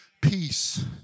peace